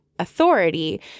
authority